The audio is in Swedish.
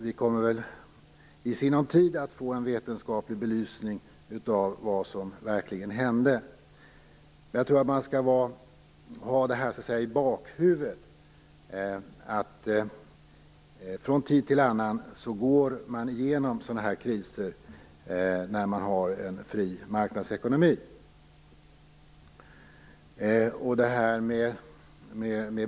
Vi kommer väl i sinom tid att få en vetenskaplig belysning av vad som verkligen hände. Jag tror att man skall ha i bakhuvudet att det från tid till annan blir sådana här kriser när man har en fri marknadsekonomi.